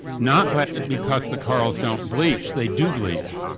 not but because the corals don't bleach, they do bleach,